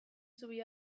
zubi